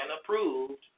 approved